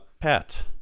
Pat